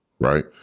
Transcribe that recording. Right